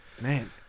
Man